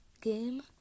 game